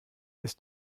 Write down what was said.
ist